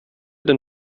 den